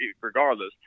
regardless